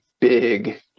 big